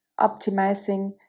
optimizing